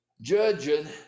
judging